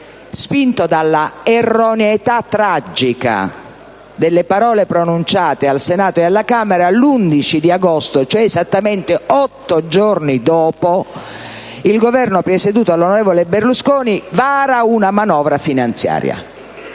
Spinto dalla erroneità tragica delle parole pronunciate al Senato e alla Camera, l'11 agosto, cioè esattamente otto giorni dopo, il Governo presieduto dall'onorevole Berlusconi vara una manovra finanziaria,